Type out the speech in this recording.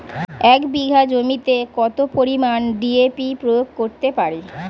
এক বিঘা জমিতে কত পরিমান ডি.এ.পি প্রয়োগ করতে পারি?